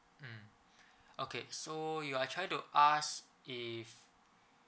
mm okay so you are trying to ask if